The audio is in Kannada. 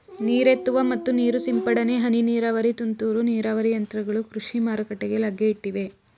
ನೀರೆತ್ತುವ ಮತ್ತು ನೀರು ಸಿಂಪಡನೆ, ಹನಿ ನೀರಾವರಿ, ತುಂತುರು ನೀರಾವರಿ ಯಂತ್ರಗಳು ಕೃಷಿ ಮಾರುಕಟ್ಟೆಗೆ ಲಗ್ಗೆ ಇಟ್ಟಿವೆ